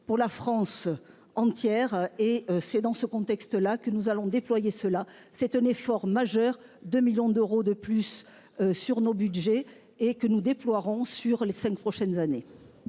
pour la France entière et c'est dans ce contexte là que nous allons déployer ceux-là c'est un effort majeur de millions d'euros de plus sur nos Budgets et que nous déploierons sur les 5 prochaines années.